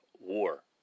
war